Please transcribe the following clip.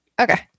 Okay